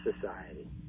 society